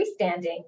freestanding